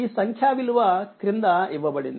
ఈసంఖ్యా విలువ క్రింద ఇవ్వబడింది